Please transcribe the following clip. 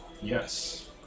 Yes